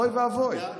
אוי ואבוי.